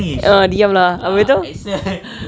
ah diam lah habis tu